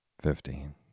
Fifteen